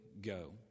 go